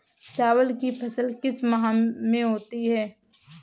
चावल की फसल किस माह में होती है?